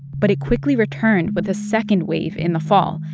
but it quickly returned with a second wave in the fall,